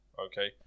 Okay